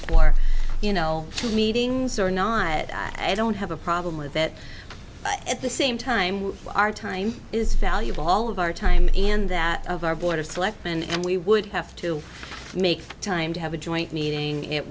for you know two meetings or not i don't have a problem with that at the same time our time is valuable all of our time and that of our board of selectmen and we would have to make time to have a joint meeting it